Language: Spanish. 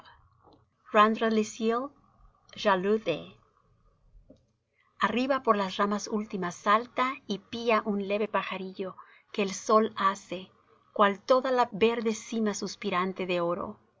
arriba por las ramas últimas salta y pía un leve pajarillo que el sol hace cual toda la verde cima suspirante de oro